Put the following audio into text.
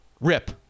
Rip